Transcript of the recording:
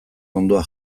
hondoa